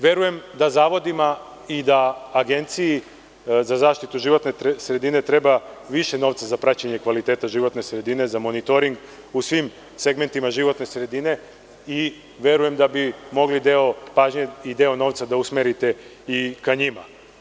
Verujem da zavodima i da Agenciji za zaštitu životne sredine treba više novca za praćenje kvaliteta životne sredine, za monitoring u svim segmentima životne sredine i verujem da bi mogli deo pažnje i deo novca da usmerite i ka njima.